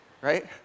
right